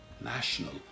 national